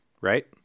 right